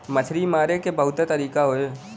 मछरी मारे के बहुते तरीका हौ